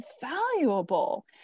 valuable